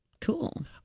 Cool